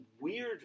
weird